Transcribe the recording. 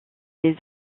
les